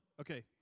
Okay